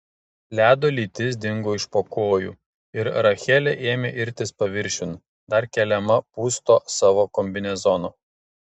ledo lytis dingo iš po kojų ir rachelė ėmė irtis paviršiun dar keliama pūsto savo kombinezono